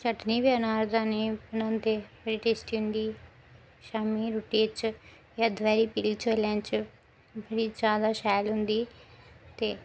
चटनी बी अनारदाने दी बनांदे बड़ी टेस्टी होंदी शाम्मी दी रुट्टी च जां दपैहरी पीले चौलें च बड़ी ज्यादा शैल होंदी ते